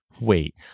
wait